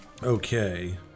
okay